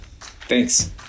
Thanks